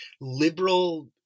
liberal